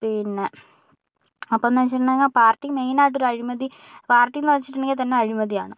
പിന്നെ അപ്പന്നു വെച്ചിട്ടുണ്ടെങ്കിൽ ആ പാർട്ടി മെയിനായിട്ട് ഒര് അഴിമതി പാർട്ടി എന്ന് വെച്ചിട്ടുണ്ടെങ്കിൽ തന്നെ അഴിമതിയാണ്